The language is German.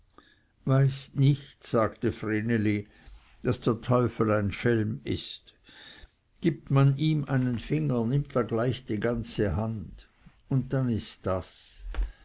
weißt nicht uli sagte vreneli daß der teufel ein schelm ist gibt man ihm einen finger nimmt er gleich die ganze hand und dann ist das